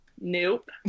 Nope